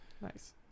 Nice